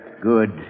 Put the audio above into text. Good